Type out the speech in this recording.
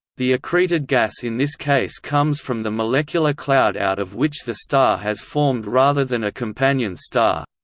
the accreted gas in this case comes from the molecular cloud out of which the star has formed rather than a companion star.